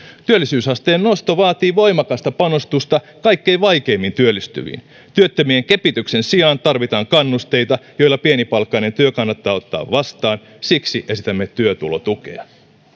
työllisyysasteen nosto vaatii voimakasta panostusta kaikkein vaikeimmin työllistyviin työttömien kepityksen sijaan tarvitaan kannusteita joilla pienipalkkainen työ kannattaa ottaa vastaan siksi esitämme työtulotukea